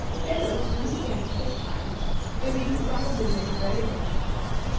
phedo soon began to show signs that he would probably make a very good autocrat.